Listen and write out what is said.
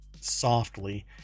softly